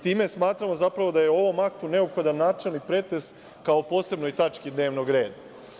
Time smatramo zapravo da je ovom aktu neophodan načelni pretres kao posebnoj tački dnevnog reda.